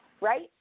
Right